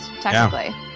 technically